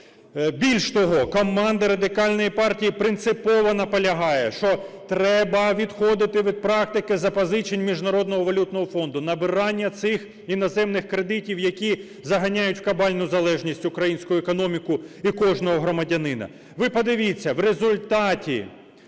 Більш того, команда Радикальної партії принципово наполягає, що треба відходити від практики запозичень Міжнародного валютного фонду, набирання цих іноземних кредитів, які заганяють в кабальну залежність українську економіку і кожного громадянина. Ви подивіться, в результаті